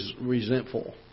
resentful